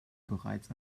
bereits